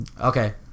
Okay